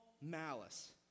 malice